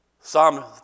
Psalm